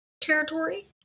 territory